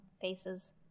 faces